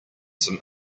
some